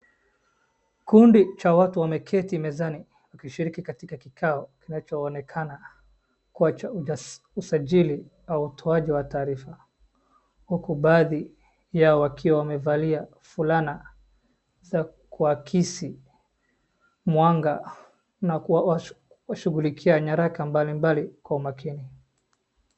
Kundi cha watu wameketi mezani wakishiriki katika kikao kinachoonekana kuwa cha usajili au utoaji wa taarifa huku baadhi yao wakiwa wamevalia fulana za kuhakisi mwaga na kushughulikia nyaraka mbali mbali kwa umakini.